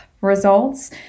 Results